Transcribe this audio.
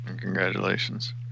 Congratulations